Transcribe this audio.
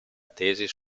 tesi